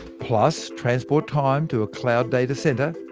plus transport time to a cloud data centre,